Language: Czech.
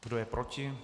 Kdo je proti?